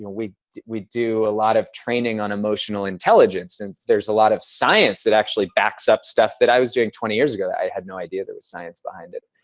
you know we we do a lot of training on emotional intelligence. and there's a lot of science that actually backs up stuff that i was doing twenty years ago. i had no idea there was science behind it.